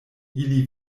ili